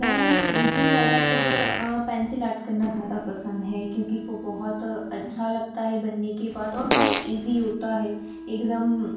मैं मुझे ज़्यादातर पेंसिल आर्ट करना ज़्यादा पसंद है क्योंकि वह बहुत अच्छा लगता है बनने के बाद और बहुत इज़ी होता है एकदम